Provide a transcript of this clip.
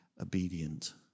obedient